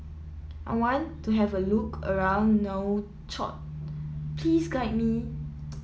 I want to have a look around Nouakchott Please guide me